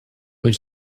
when